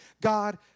God